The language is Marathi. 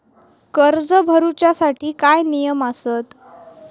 कर्ज भरूच्या साठी काय नियम आसत?